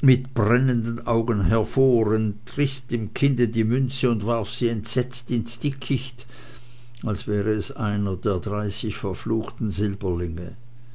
mit brennenden augen hervor entriß dem kinde die münze und warf sie entsetzt ins dickicht als wäre es einer der dreißig verfluchten silberlinge